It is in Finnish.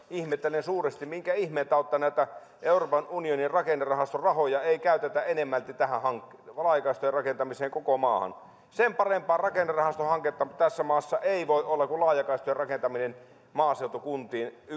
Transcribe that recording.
ihmettelen suuresti minkä ihmeen tautta euroopan unionin rakennerahaston rahoja ei käytetä enemmälti tähän laajakaistojen rakentamiseen koko maahan sen parempaa rakennerahastohanketta tässä maassa ei voi olla kuin laajakaistojen rakentaminen maaseutukuntiin